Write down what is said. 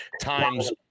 times